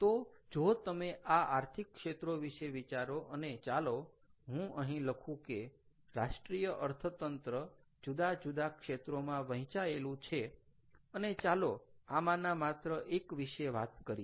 તો જો તમે આ આર્થિક ક્ષેત્રો વિશે વિચારો અને ચાલો હું અહી લખુ કે રાષ્ટ્રીય અર્થતંત્ર જુદા જુદા ક્ષેત્રોમાં વહેંચાયેલું છે અને ચાલો આમાંના માત્ર એક વિશે વાત કરીએ